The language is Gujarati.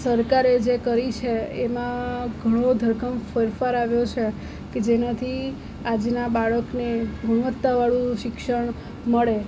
સરકારે જે કરી છે એમાં ઘણો ધરખમ ફેરફાર આવ્યો છે કે જેનાથી આજના બાળકને ગુણવત્તાવાળું શિક્ષણ મળે